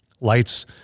lights